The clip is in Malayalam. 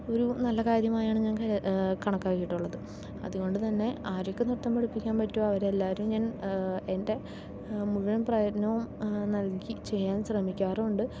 ഒരു നല്ല കാര്യമായാണ് ഞാൻ കണക്കാക്കിയിട്ടുള്ളത് അതുകൊണ്ട് തന്നെ ആരൊക്കെ നൃത്തം പഠിപ്പിക്കാൻ പറ്റുമോ അവരെ എല്ലാരും ഞാൻ എൻ്റെ മുഴുവൻ പ്രയത്നവും നൽകി ചെയ്യാൻ ശ്രമിക്കാറുമുണ്ട്